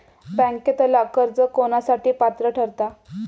बँकेतला कर्ज कोणासाठी पात्र ठरता?